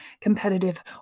competitive